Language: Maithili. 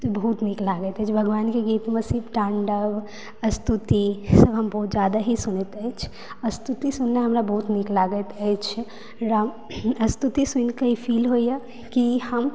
बहुत नीक लागैत अछि भगवान के गीतमे शिव तांडव स्तुति हम बहुत ज़्यादा ही सुनैत अछि स्तुति सुननाइ हमरा बहुत नीक लागैत अछि स्तुति सुनि के फील होइया की हम